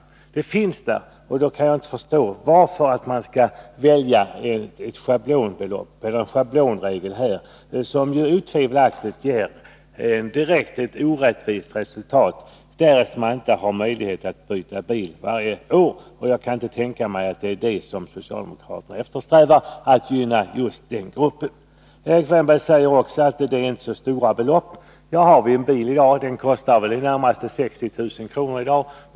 Underlaget finns där, och då kan jag inte förstå varför man skall välja en schablonregel, som otvivelaktigt ger ett direkt orättvist resultat — därest man inte har möjlighet att byta bil varje år. Jag kan inte tänka mig att socialdemokraterna eftersträvar att gynna just den grupp som har denna möjlighet. Erik Wärnberg sade också att det inte rör sig om så stora belopp. En bil kostar i dag i det närmaste 60 000 kr.